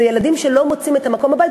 זה ילדים שלא מוצאים את המקום בבית,